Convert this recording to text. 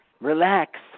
Relax